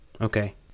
okay